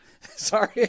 sorry